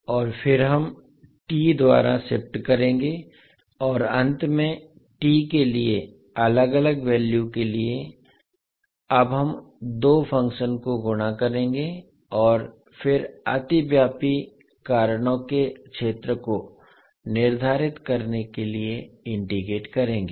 और फिर हम t द्वारा शिफ्ट करेंगे और अंत में t के लिए अलग अलग वैल्यू के लिए अब हम दो फंक्शन को गुणा करेंगे और फिर अतिव्यापी कारणों के क्षेत्र को निर्धारित करने के लिए इंटेग्रेट करेंगे